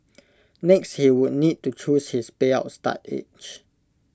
next he would need to choose his payout start age